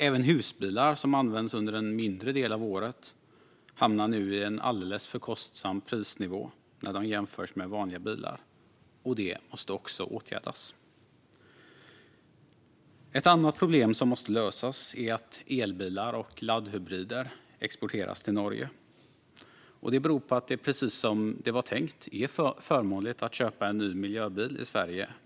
Även husbilar som används under en mindre del av året hamnar nu på en alldeles för hög prisnivå när de jämförs med vanliga bilar. Också det måste åtgärdas. Ett annat problem som måste lösas är att elbilar och laddhybrider exporteras till Norge. Det beror på att det, precis som det var tänkt, är förmånligt att köpa en ny miljöbil i Sverige.